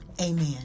Amen